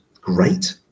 great